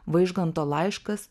vaižganto laiškas